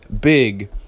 big